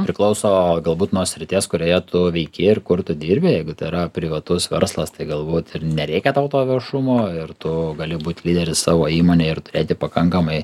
priklauso galbūt nuo srities kurioje tu veiki ir kur tu dirbi jeigu tai yra privatus verslas tai galbūt ir nereikia tau to viešumo ir tu gali būt lyderis savo įmonėj ir turėti pakankamai